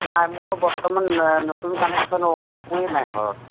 নাই মোৰ বৰ্তমান নতুন কানেকশ্যন হ'ব মই একোৱেই নাই ঘৰত